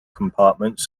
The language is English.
compartments